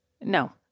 No